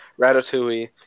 Ratatouille